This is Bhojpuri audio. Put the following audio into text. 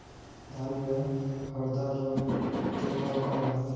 धान में हरदा रोग के का उपाय बा?